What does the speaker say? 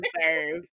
deserve